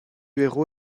héros